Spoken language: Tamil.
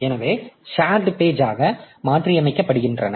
எனவே ஷேரிட் பேஜ் ஆக மாற்றியமைக்கப்படுகின்றன